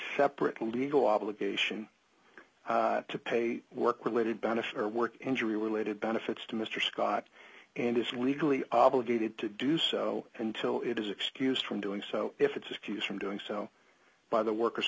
separate legal obligation to pay work related benefit or work injury related benefits to mr scott and is legally obligated to do so until it is excused from doing so if it's excuse from doing so by the workers